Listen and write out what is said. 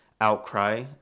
outcry